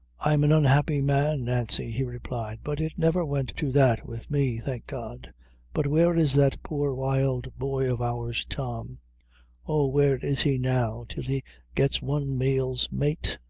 i'm an unhappy man, nancy, he replied, but it never went to that with me, thank god but where is that poor wild boy of ours, tom oh, where is he now, till he gets one meal's mate?